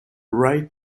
right